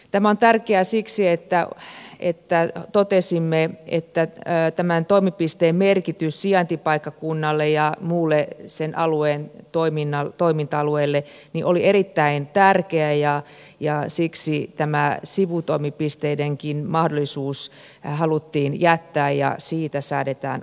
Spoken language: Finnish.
tämä on tärkeää siksi että totesimme että toimipisteen merkitys sijaintipaikkakunnalle ja muulle sen alueen toiminta alueelle oli erittäin tärkeä ja siksi tämä sivutoimipisteidenkin mahdollisuus haluttiin jättää ja siitä säädetään asetuksessa